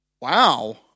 Wow